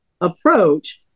approach